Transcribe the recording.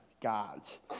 God's